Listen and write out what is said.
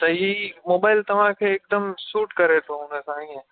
त हीअ मोबाइल तव्हांखे हिकदमि सूट करे थो उन सां ईअं